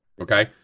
okay